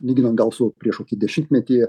lyginant gal su prieš kokį dešimtmetį